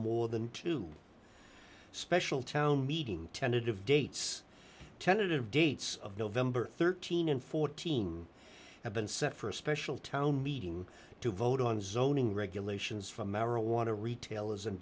more than two special town meeting tentative dates tentative dates of november thirteen dollars fourteen cents have been set for a special town meeting to vote on zoning regulations for marijuana retailers and